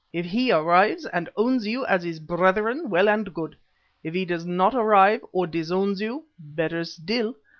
if he arrives and owns you as his brethren, well and good if he does not arrive, or disowns you better still,